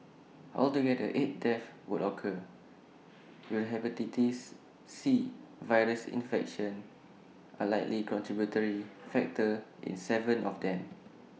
altogether eight deaths would occur with the Hepatitis C virus infection A likely contributory factor in Seven of them